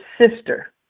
sister